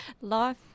Life